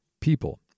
people